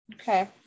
okay